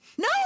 No